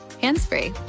hands-free